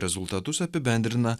rezultatus apibendrina